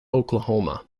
oklahoma